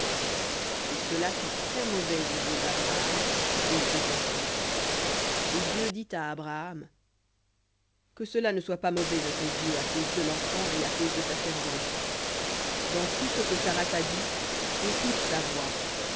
et cela fut très-mauvais aux yeux d'abraham à cause de son fils et dieu dit à abraham que cela ne soit pas mauvais à tes yeux à cause de l'enfant et à cause de ta servante dans tout ce que sara t'a dit écoute sa voix